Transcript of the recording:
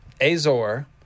Azor